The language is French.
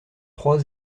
trois